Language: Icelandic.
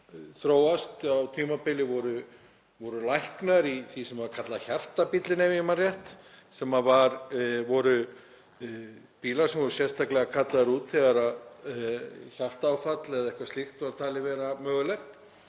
þróast. Á tímabili voru læknar í því sem var kallað hjartabíllinn, ef ég man rétt, sem voru bílar sem voru sérstaklega kallaðir út þegar hjartaáfall eða eitthvað slíkt var talið vera mögulegt.